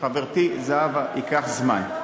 חברתי זהבה, ייקח זמן.